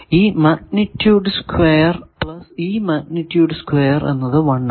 ഈ magnitude square plus ഈ magnitude square എന്നത് 1 ആണ്